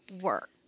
work